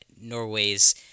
Norway's